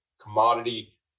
commodity